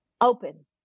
open